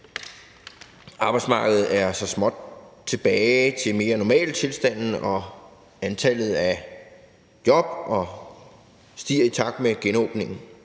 Arbejdsmarkedet er så småt tilbage til mere normale tilstande, og antallet af job stiger i takt med genåbningen.